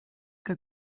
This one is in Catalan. que